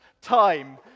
Time